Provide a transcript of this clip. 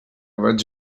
vaig